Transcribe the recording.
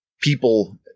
people